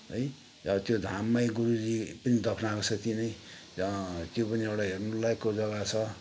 है अब त्यो धाममै गुरुजी पनि दफ्नाएको छ त्यहीँ नै त्यो पनि एउटा हेर्नुलायकको जग्गा छ